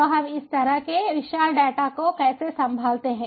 तो हम इस तरह के विशाल डेटा को कैसे संभालते हैं